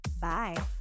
Bye